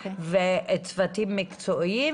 צוותים מקצועיים